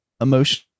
emotion